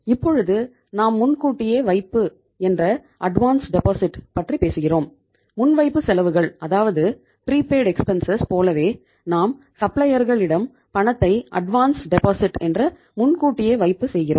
இப்பொழுது நாம் முன்கூட்டியே வைப்பு என்ற அட்வான்ஸ் டெபாசிட் என்ற முன்கூட்டியே வைப்பு செய்கிறோம்